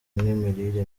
n’imirire